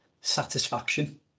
satisfaction